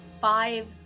five